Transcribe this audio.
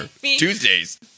Tuesdays